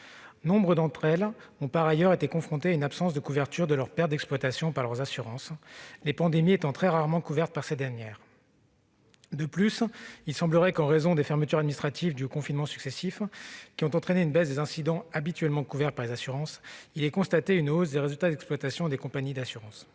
Nombre d'entre elles ont été confrontées à une absence de couverture de leurs pertes d'exploitation par leurs assurances, qui couvrent très rarement les pandémies. Dans ce contexte, il semblerait que, en raison des fermetures administratives dues aux confinements successifs, qui ont entraîné une baisse des incidents habituellement couverts par les assurances, on constate une hausse des résultats d'exploitation des compagnies d'assurance.